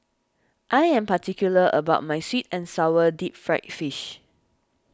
I am particular about my Sweet and Sour Deep Fried Fish